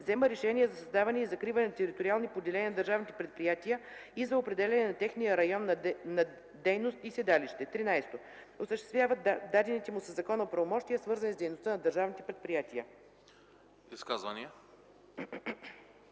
взема решения за създаване и за закриване на териториални поделения на държавните предприятия и за определяне на техния район на дейност и седалище; 13. осъществява дадените му със закон правомощия, свързани с дейността на държавните предприятия.”